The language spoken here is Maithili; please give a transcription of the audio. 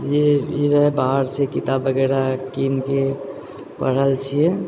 ई रहै बाहरसँ किताब वगैरह किनके पढ़ल छी